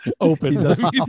Open